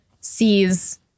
sees